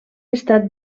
estat